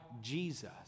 Jesus